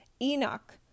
Enoch